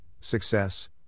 success